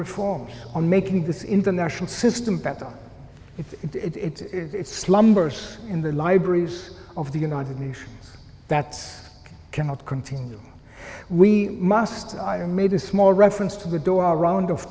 reforms on making this international system better it's slumbers in the libraries of the united nations that's cannot continue we must either made a small reference to the door round of